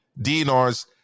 dinars